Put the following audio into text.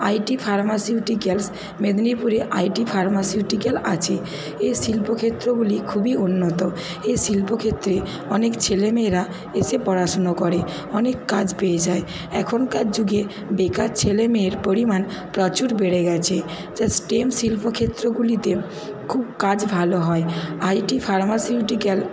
IT pharmaceuticals মেদনীপুরে IT pharmaceutical আছে এ শিল্পক্ষেত্রগুলি খুবই উন্নত এ শিল্পক্ষেত্রে অনেক ছেলে মেয়েরা এসে পড়াশুনো করে অনেক কাজ পেয়ে যায় এখনকার যুগে বেকার ছেলে মেয়ের পরিমাণ প্রচুর বেড়ে গেছে যা স্টেম শিল্পক্ষেত্রগুলিতে খুব কাজ ভালো হয় আইটি ফার্মাসিউটিক্যাল